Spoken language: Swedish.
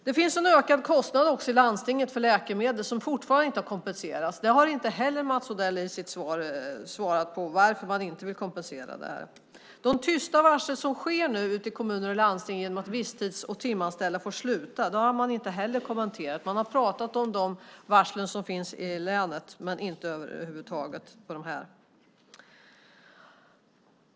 Det finns också en ökad kostnad i landstinget för läkemedel som fortfarande inte har kompenserats. Inte heller det har Mats Odell i sitt svar talat om varför man inte vill kompensera. De tysta varsel som nu sker ute i kommuner och landsting genom att visstids och timanställda får sluta har han inte heller kommenterat. Man har pratat om de varsel som finns i länet men inte över huvud taget om de här.